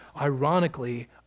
ironically